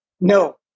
No